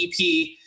EP